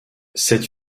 cette